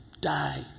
die